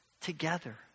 together